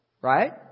Right